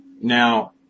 Now